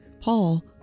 Paul